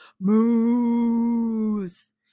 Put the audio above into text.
moose